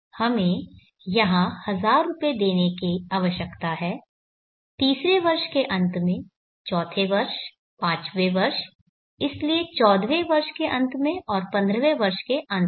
हमें यहां 1000 रुपये देने की आवश्यकता है तीसरे वर्ष के अंत में चौथे वर्ष पांचवें वर्ष इसलिए चौदहवें वर्ष के अंत में और पंद्रहवें वर्ष के अंत में